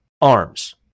arms